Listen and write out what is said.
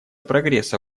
прогресса